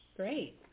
great